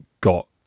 got